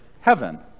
heaven